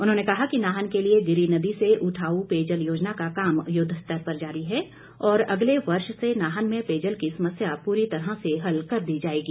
उन्होंने कहा कि नाहन के लिए गिरी नदी से उठाउ पेयजल योजना का काम युद्ध स्तर पर जारी है और अगले वर्ष से नाहन में पेयजल की समस्या पूरी तरह से हल कर दी जाएगी